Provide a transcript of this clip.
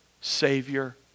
Savior